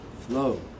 flow